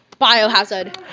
biohazard